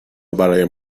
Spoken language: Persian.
برایم